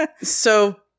So-